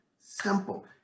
simple